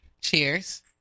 Cheers